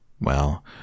Well